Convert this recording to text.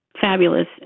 fabulous